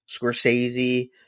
Scorsese